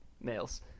males